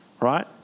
right